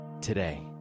today